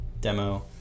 demo